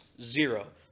Zero